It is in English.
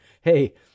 Hey